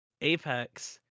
apex